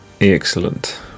excellent